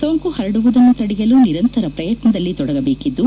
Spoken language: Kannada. ಸೋಂಕು ಪರಡುವುದನ್ನು ತಡೆಯಲು ನಿರಂತರ ಶ್ರಯತ್ನದಲ್ಲಿ ತೊಡಗಬೇಕಿದ್ದು